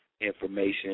information